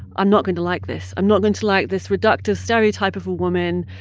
i'm not going to like this. i'm not going to like this reductive stereotype of a woman,